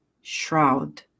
shroud